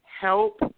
help